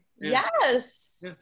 yes